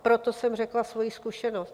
Proto jsem řekla svoji zkušenost.